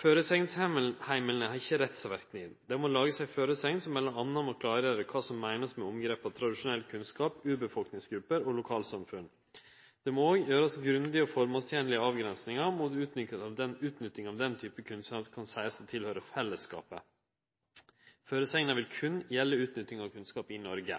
har ikkje rettsverknad. Det må lagast ei føresegn som må handle om å klargjere kva som meinest med omgrepa tradisjonell kunnskap, urfolksgruppe og lokalsamfunn. Det må òg gjerast grundige og formålstenlege avgrensingar mot utnyttinga av den typen kunnskap som kan seiast å høyre til fellesskapen. Føresegna vil berre gjelde utnytting av kunnskap i Noreg.